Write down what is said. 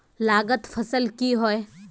लागत फसल की होय?